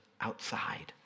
outside